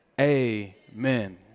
amen